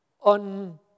on